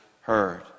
heard